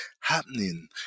happening